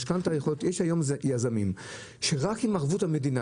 יש היום יזמים שרק עם ערבות המדינה,